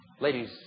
Ladies